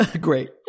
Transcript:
great